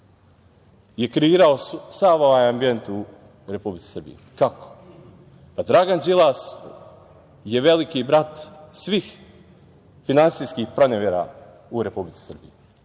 je kreirao sav ovaj ambijent u Republici Srbiji. Kako? Dragan Đilas je "Veliki Brat" svih finansijskih pronevera u Republici